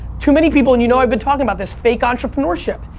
too many people and you know i've been talking about this fake entrepreneurship.